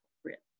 appropriate